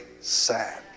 sad